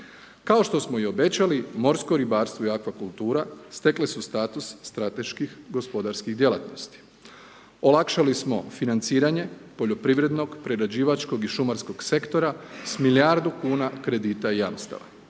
Kao što smo i obećali morsko ribarstvo i akvakultura stekle su status strateških gospodarskih djelatnosti. Olakšali smo financiranje poljoprivrednog, prerađivačkog i šumarskog sektora s milijardu kuna kredita i jamstava.